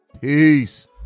Peace